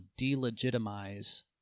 delegitimize